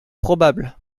probables